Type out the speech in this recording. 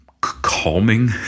Calming